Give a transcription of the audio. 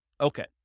Okay